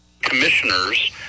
commissioners